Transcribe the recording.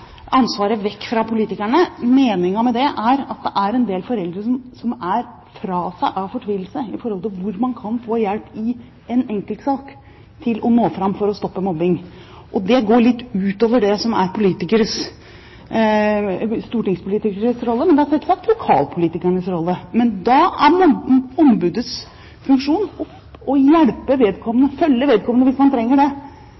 ansvaret vekk fra politikerne, men det er en del foreldre som er fra seg av fortvilelse i forhold til hvor man kan få hjelp i en enkeltsak til å nå fram for å stoppe mobbing. Det går litt utover det som er stortingspolitikeres rolle, men det er selvsagt lokalpolitikeres rolle. Da er ombudets funksjon å hjelpe